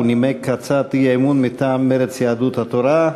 הוא נימק את הצעת האי-אמון מטעם מרצ, יהדות התורה.